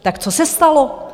Tak co se stalo?